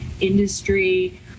industry